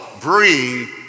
bring